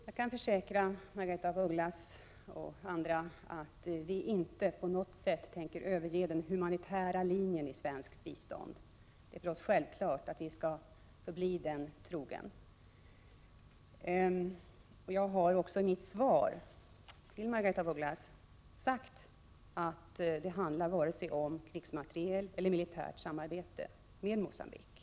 Herr talman! Jag kan försäkra Margaretha af Ugglas och andra att vi inte på något sätt tänker överge den humanitära linjen i svensk biståndspolitik. För oss är det självklart att vi skall förbli den linjen trogna. Jag har också i mitt svar sagt att det inte rör sig om vare sig krigsmateriel till eller militärt samarbete med Mogambique.